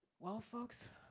well folks,